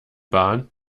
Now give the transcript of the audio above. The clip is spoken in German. bahn